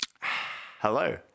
Hello